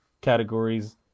categories